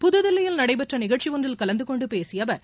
புதுதில்லியில் நடைபெற்ற நிகழ்ச்சி ஒன்றில் கலந்தகொண்டு பேசிய அவர்